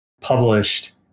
published